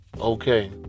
okay